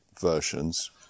versions